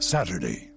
Saturday